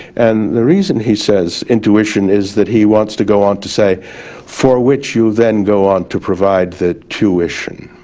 and the reason he says intuition is that he wants to go on to say for which you then go on to provide the tuition.